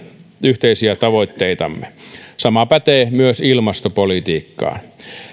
yhteisiä tavoitteitamme sama pätee myös ilmastopolitiikkaan